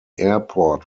airport